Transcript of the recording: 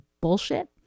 bullshit